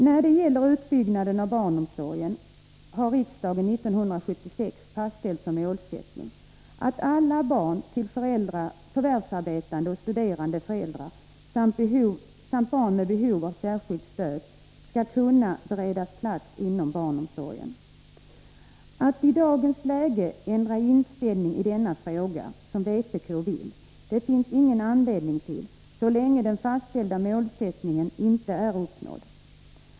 När det gäller utbyggnaden av barnomsorgen har riksdagen 1976 fastställt som målsättning att alla barn till förvärvsarbetande och studerande föräldrar samt barn med behov av särskilt stöd skall kunna beredas plats inom barnomsorgen. Att ändra inställning i denna fråga, som vpk vill, finns det ingen anledning till, så länge det fastställda målet inte är uppnått.